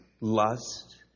lust